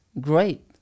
great